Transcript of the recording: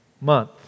month